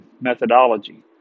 methodology